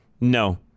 No